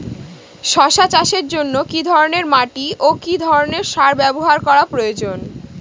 শশা চাষের জন্য কি ধরণের মাটি ও কি ধরণের সার ব্যাবহার করা প্রয়োজন?